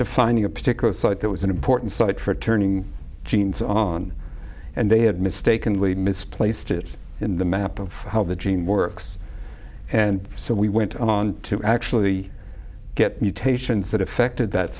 defining a particular site that was an important site for turning genes on and they had mistakenly misplaced it in the map of how the gene works and so we went on to actually get mutations that affected that